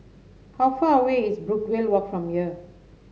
how far away is Brookvale Walk from here